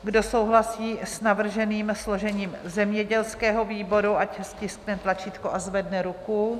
Kdo souhlasí s navrženým složením zemědělského výboru, ať stiskne tlačítko a zvedne ruku.